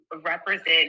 represent